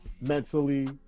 mentally